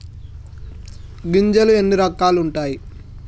గింజలు ఎన్ని రకాలు ఉంటాయి?